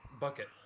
bucket